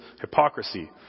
hypocrisy